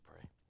pray